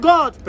God